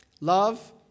Love